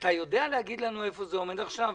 אתה יודע להגיד לנו איפה זה עומד עכשיו?